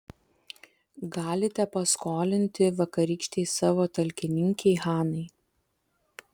galite paskolinti vakarykštei savo talkininkei hanai